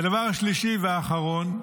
הדבר השלישי והאחרון,